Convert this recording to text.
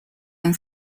and